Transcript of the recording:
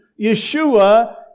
Yeshua